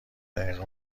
دقیقه